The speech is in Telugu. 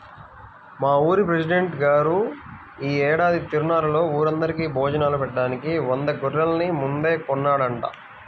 మా ఊరి పెసిడెంట్ గారు యీ ఏడాది తిరునాళ్ళలో ఊరందరికీ భోజనాలు బెట్టడానికి వంద గొర్రెల్ని ముందే కొన్నాడంట